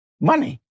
Money